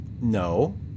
no